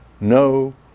no